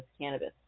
cannabis